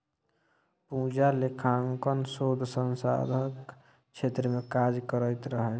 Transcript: पूजा लेखांकन शोध संधानक क्षेत्र मे काज करैत रहय